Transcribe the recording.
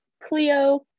Cleo